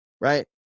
right